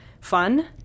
fun